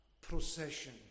procession